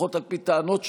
לפחות על פי טענות שישנן,